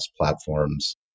platforms